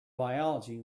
biology